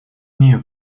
имею